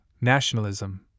nationalism